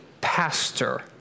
pastor